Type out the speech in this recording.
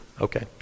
Okay